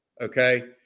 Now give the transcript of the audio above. okay